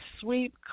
sweep